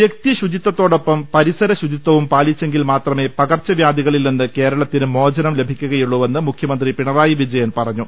വൃക്തി ശുചിത്വത്തോടൊപ്പം പരിസര ശുചിത്വവും പാലിച്ചെങ്കിൽ മാത്രമേ പകർച്ച വ്യാധികളിൽ നിന്ന് കേരളത്തിന് മോചനം ലഭിക്കുകയുള്ളൂവെന്ന് മുഖ്യമന്ത്രി പിണറായി വിജയൻ പറഞ്ഞു